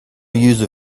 use